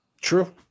True